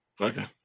Okay